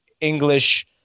English